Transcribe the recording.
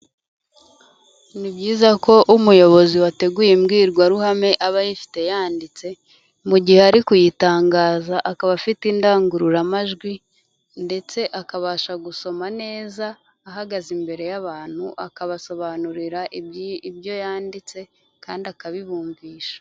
Ni byiza ko umuyobozi wateguye imbwirwaruhame aba ayifite yanditse, mu gihe ari kuyitangaza akaba afite indangururamajwi, ndetse akabasha gusoma neza, ahagaze imbere y'abantu, akabasobanurira ibyo yanditse kandi akabibumvisha.